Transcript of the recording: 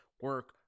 Work